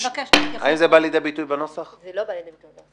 זה לא בא לידי ביטוי בנוסח.